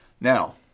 Now